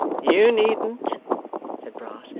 you needn't said brass,